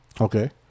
Okay